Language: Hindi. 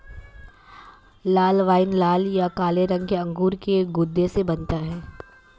लाल वाइन लाल या काले रंग के अंगूर के गूदे से बनता है